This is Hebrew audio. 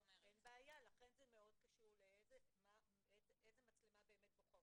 לכן זה מאוד קשור לאיזה מצלמה באמת בוחרים,